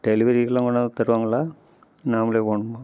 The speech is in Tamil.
டெலிவரிக்கெல்லாம் கொண்டாந்து தருவாங்களா நாம்மளே போகணுமா